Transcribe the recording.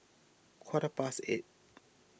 quarter past eight